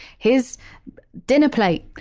his dinner plate,